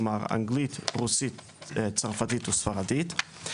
כלומר, אנגלית, רוסית, צרפתית וספרדית.